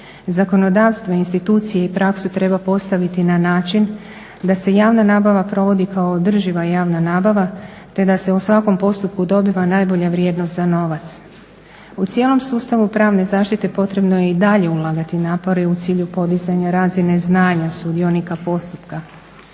Zakonodavstvo, institucije i praksu treba postaviti na način da se javna nabava provodi kao održiva javna nabava te da se o svakom postupku dobiva najbolja vrijednost za novac. U cijelom sustavu pravne zaštite potrebno je i dalje ulagati napore u cilju podizanja razine znanja sudionika postupka.